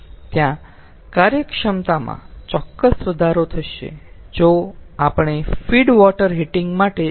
ત્યાં કાર્યક્ષમતામાં ચોક્કસ વધારો થશે જો આપણે ફીડ વોટર હીટિંગ માટે જઈશું